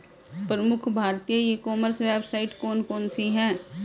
प्रमुख भारतीय e commerce website कौन कौन सी हैं?